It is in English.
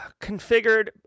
configured